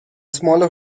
smaller